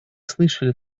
слышали